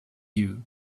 you